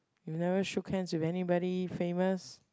you never shook hands with anybody famous